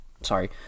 Sorry